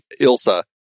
Ilsa